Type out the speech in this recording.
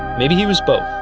maybe he was both.